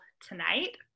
tonight